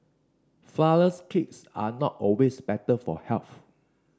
flourless cakes are not always better for health